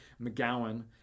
McGowan